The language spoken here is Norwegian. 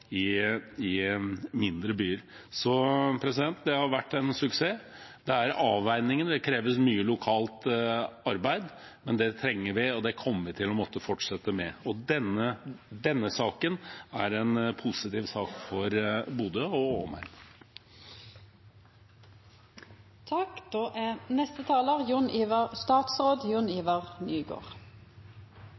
i mindre byer. Dette har vært en suksess. Det er avveininger, og det kreves mye lokalt arbeid, men det trenger vi, og det kommer vi til å måtte fortsette med. Denne saken er en positiv sak for Bodø og